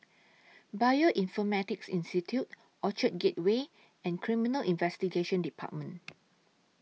Bioinformatics Institute Orchard Gateway and Criminal Investigation department